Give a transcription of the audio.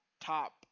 top